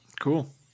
cool